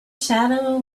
shadow